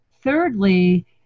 thirdly